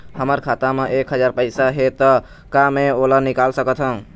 हमर खाता मा एक हजार पैसा हे ता का मैं ओला निकाल सकथव?